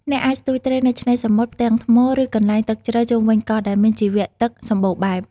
អ្នកអាចស្ទូចត្រីនៅឆ្នេរសមុទ្រ ផ្ទាំងថ្ម ឬកន្លែងទឹកជ្រៅជុំវិញកោះ ដែលមានជីវៈទឹកសម្បូរបែប។